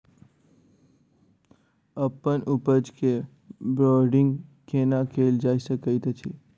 अप्पन उपज केँ ब्रांडिंग केना कैल जा सकैत अछि?